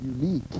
unique